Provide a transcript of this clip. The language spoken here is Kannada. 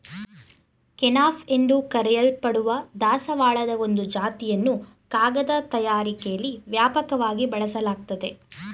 ಕೆನಾಫ್ ಎಂದು ಕರೆಯಲ್ಪಡುವ ದಾಸವಾಳದ ಒಂದು ಜಾತಿಯನ್ನು ಕಾಗದ ತಯಾರಿಕೆಲಿ ವ್ಯಾಪಕವಾಗಿ ಬಳಸಲಾಗ್ತದೆ